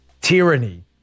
tyranny